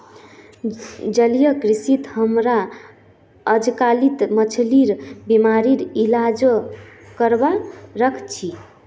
जलीय कृषित हमरा अजकालित मछलिर बीमारिर इलाजो करवा सख छि